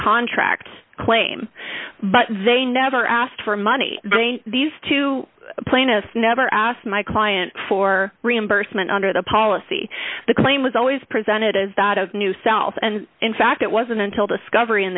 contract claim but they never asked for money these two plaintiffs never asked my client for reimbursement under the policy the claim was always presented as that of new cells and in fact it wasn't until discovery in